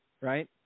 right